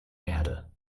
erde